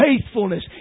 faithfulness